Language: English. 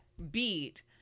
beat